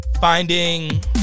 finding